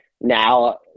now